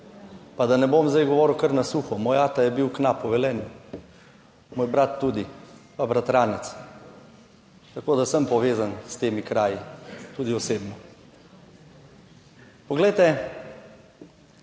Pa da ne bom zdaj govoril kar na suho, moj ata je bil knap v Velenju, moj brat tudi, pa bratranec, tako da sem povezan s temi kraji tudi osebno. Poglejte,